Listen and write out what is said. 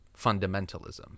fundamentalism